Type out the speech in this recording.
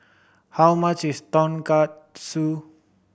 how much is Tonkatsu